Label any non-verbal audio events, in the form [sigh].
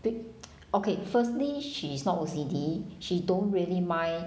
be~ [noise] okay firstly she's not O_C_D she don't really mind